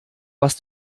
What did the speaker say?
was